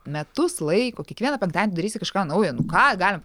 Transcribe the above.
metus laiko kiekvieną penktadienį darysi kažką naujo nu ką galim